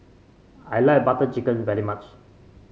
I like Butter Chicken very much